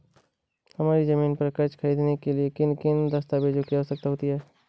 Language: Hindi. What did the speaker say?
हमारी ज़मीन पर कर्ज ख़रीदने के लिए किन किन दस्तावेजों की जरूरत होती है?